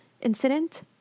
incident